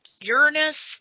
Uranus